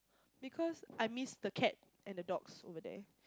because I miss the cat and the dogs over there